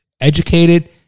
educated